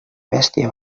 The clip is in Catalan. bèstia